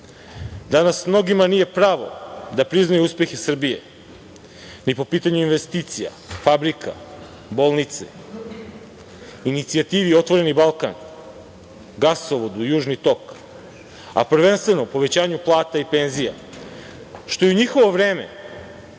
mnogima nije pravo da priznaju uspeh Srbije ni po pitanju investicija, fabrika, bolnice, Inicijativi „Otvoreni Balkan“, gasovodu „Južni tok“, a prvenstveno povećanju plata i penzija, što je u njihovo vreme